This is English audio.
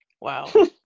Wow